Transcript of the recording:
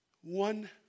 one